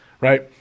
right